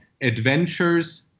adventures